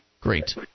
Great